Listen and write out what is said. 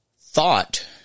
Thought